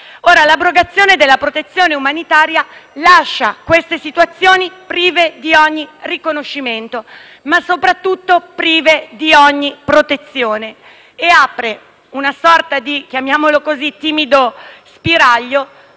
L'abrogazione della protezione umanitaria lascia queste situazioni prive di ogni riconoscimento ma, soprattutto, prive di ogni protezione e apre una sorta di timido spiraglio